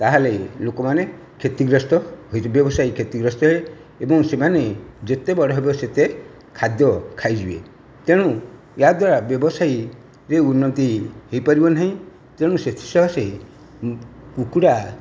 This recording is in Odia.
ତା'ହେଲେ ଲୋକମାନେ କ୍ଷତିଗ୍ରସ୍ତ ହୋଇ ବ୍ୟବସାୟିକ କ୍ଷତିଗ୍ରସ୍ତ ଏବଂ ସେମାନେ ଯେତେ ବଡ଼ ହେବ ସେତେ ଖାଦ୍ୟ ଖାଇଯିବେ ତେଣୁ ଏହା ଦ୍ୱାରା ବ୍ୟବସାୟୀରେ ଉନ୍ନତି ହୋଇପାରିବ ନାହିଁ ତେଣୁ ସେଥି ସକାଶେ କୁକୁଡ଼ା